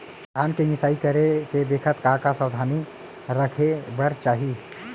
धान के मिसाई करे के बखत का का सावधानी रखें बर चाही?